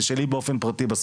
ושלי באופן פרטי בספורט.